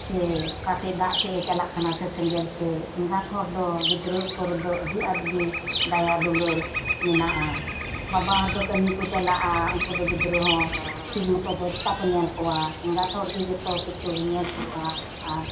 ᱥᱮ ᱚᱠᱟᱥᱮᱫ ᱫᱟᱜ ᱥᱮᱡᱮ ᱪᱟᱞᱟᱜ ᱠᱟᱱᱟ ᱥᱮ ᱥᱮᱸᱜᱮᱞ ᱥᱮᱫ ᱮᱜᱟᱛ ᱦᱚᱲ ᱫᱚ ᱜᱤᱫᱽᱨᱟᱹ ᱩᱯᱚᱨ ᱨᱮᱫᱚ ᱟᱹᱰᱤ ᱟᱴ ᱫᱟᱭᱟ ᱫᱩᱞᱟᱹᱲ ᱢᱮᱱᱟᱜᱼᱟ ᱵᱟᱵᱟ ᱦᱚᱲ ᱫᱚ ᱠᱟᱹᱢᱤ ᱠᱚ ᱪᱟᱞᱟᱜᱼᱟ ᱩᱱᱠᱩ ᱫᱚ ᱜᱤᱫᱽᱨᱟᱹ ᱦᱚᱸ ᱴᱷᱤᱠ ᱢᱚᱛᱚ ᱫᱚ ᱪᱮᱠᱟ ᱠᱚ ᱧᱮᱞ ᱠᱚᱣᱟ ᱮᱜᱟᱛ ᱦᱚᱲ ᱜᱮ ᱡᱷᱚᱛᱚ ᱧᱮᱞ ᱦᱳᱭᱳᱜᱼᱟ ᱟᱨ